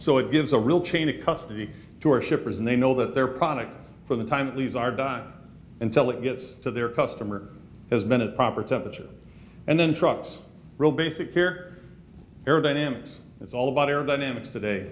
so it gives a real chain of custody to our shippers and they know that their product for the time that leaves are dying until it gets to their customer has been at proper temperature and then trucks real basic care aerodynamics it's all about aerodynamics today